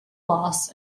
loss